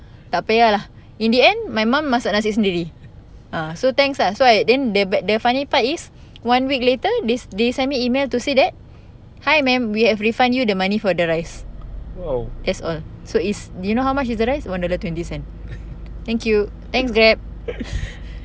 tak payah lah in the end my mum masak nasi sendiri ah so thanks lah so I then but the funny part is one week later this they send me email to say that hi ma'am we have refund you the money for the rice that's all so it's you know how much is the rice one dollar twenty cent thank you thanks grab